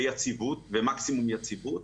ומקסימום יציבות.